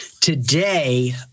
today